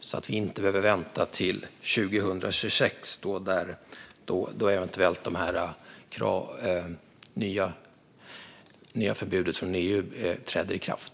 På så sätt behöver vi inte vänta till 2026 då det eventuella nya förbudet från EU träder i kraft.